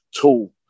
tool